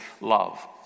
love